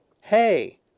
Hey